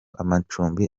amacumbi